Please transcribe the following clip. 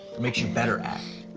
it makes you better at.